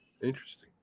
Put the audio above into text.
Interesting